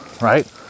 right